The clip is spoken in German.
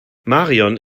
marion